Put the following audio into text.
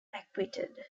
acquitted